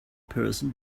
person